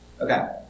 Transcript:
Okay